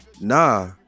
Nah